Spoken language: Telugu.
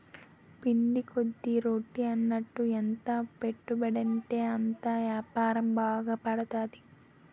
పిండి కొద్ది రొట్టి అన్నట్టు ఎంత పెట్టుబడుంటే అంతలా యాపారం బాగుపడతది